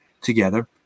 together